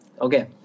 okay